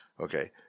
Okay